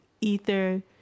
Ether